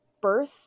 birth